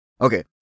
Okay